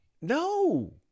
no